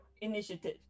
initiative